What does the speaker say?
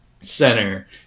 center